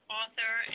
author